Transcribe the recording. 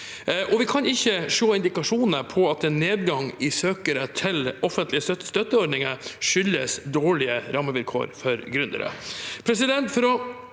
vi kan ikke se indikasjoner på at en nedgang i søkere til offentlige støtteordninger skyldes dårlige rammevilkår for gründere.